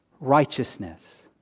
righteousness